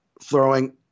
throwing